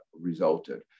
resulted